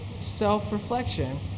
self-reflection